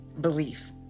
belief